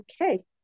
okay